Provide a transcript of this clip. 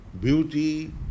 beauty